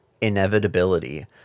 inevitability